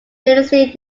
tennessee